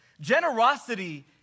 Generosity